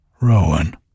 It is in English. Rowan